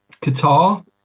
Qatar